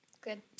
Good